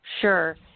Sure